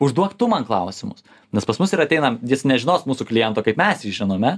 užduok tu man klausimus nes pas mus ir ateinam jis nežinos mūsų kliento kaip mes jį žinome